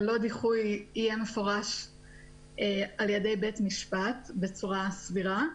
ללא דיחוי יהיה מפורש על-ידי בית המשפט בצורה סבירה.